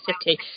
City